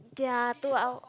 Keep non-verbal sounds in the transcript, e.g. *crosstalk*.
there are two *noise*